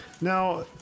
Now